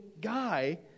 guy